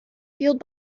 fueled